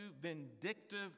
vindictive